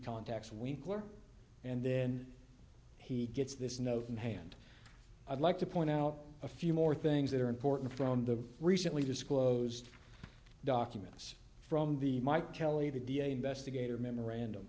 contacts winkler and then he gets this note in hand i'd like to point out a few more things that are important from the recently disclosed documents from the mike kelly the d a investigator memorandum